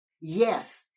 Yes